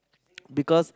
because